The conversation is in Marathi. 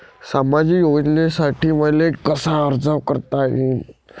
सामाजिक योजनेसाठी मले कसा अर्ज करता येईन?